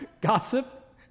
Gossip